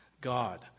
God